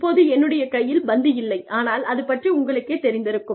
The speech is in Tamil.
இப்போது என்னுடைய கையில் பந்து இல்லை ஆனால் அது பற்றி உங்களுக்குத் தெரிந்திருக்கும்